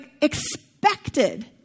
expected